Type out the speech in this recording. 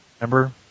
remember